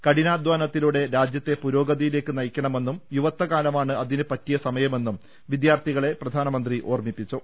കഠിനാധാനത്തിലൂടെ രാജ്യത്തെ പുരോഗതിയിലേക്ക് നയി ക്കണമെന്നും യുവത്വകാലമാണ് അതിന് പറ്റിയ സമയമെന്നും വിദ്യാർത്ഥികളെ പ്രധാനമന്ത്രി ഓർമ്മിപ്പിച്ചു